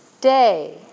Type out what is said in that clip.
day